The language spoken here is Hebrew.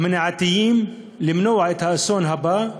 המניעתיים, למנוע את האסון הבא,